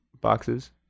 boxes